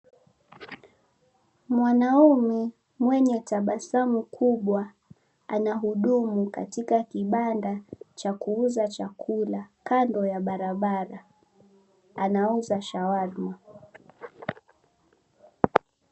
Mwanaume mwenye tabasamu kubwa anahudumu katika kibanda cha kuuza chakula kando ya barabara. Anauza shawadu